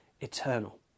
eternal